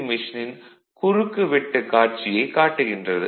மெஷினின் குறுக்கு வெட்டு காட்சியைக் காட்டுகின்றது